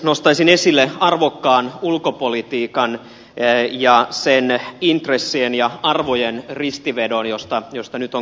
nostaisin esille arvokkaan ulkopolitiikan ja sen intressien ja arvojen ristivedon josta nyt on keskusteltu